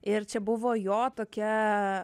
ir čia buvo jo tokia